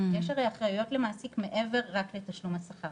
יש הרי אחראויות למעסיק, מעבר רק לתשלום השכר